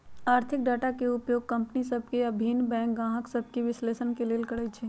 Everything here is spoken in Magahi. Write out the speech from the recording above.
आर्थिक डाटा के उपयोग कंपनि सभ के आऽ भिन्न बैंक गाहक सभके विश्लेषण के लेल करइ छइ